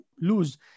lose